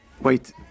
Wait